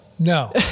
No